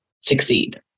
succeed